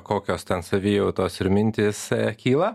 kokios ten savijautos ir mintys kyla